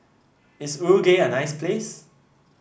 is Uruguay a nice place